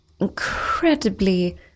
incredibly